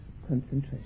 concentration